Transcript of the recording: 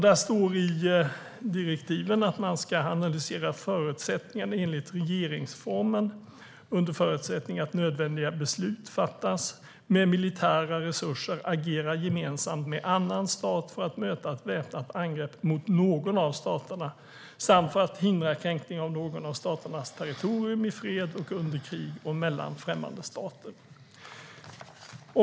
Det står i direktiven att man "ska analysera förutsättningarna enligt regeringsformen för Sverige att, under förutsättning att nödvändiga politiska beslut fattas, med militära resurser agera gemensamt med annan stat för att möta ett väpnat angrepp mot någon av staterna samt för att hindra kränkningar av någon av staternas territorium i fred och under krig mellan främmande stater".